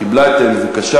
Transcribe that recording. קיבלה את מבוקשה,